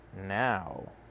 now